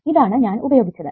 ഇതാണ് ഞാൻ ഉപയോഗിച്ചത്